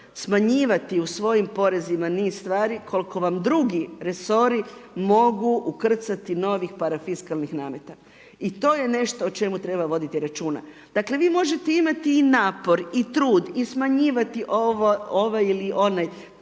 smanjivati u svojim porezima niz stvari koliko vam drugi resori mogu ukrcati novih parafiskalnih nameta i to je nešto o čemu treba voditi računa. Dakle vi možete imati i napor i trud i smanjivati ovaj ili onaj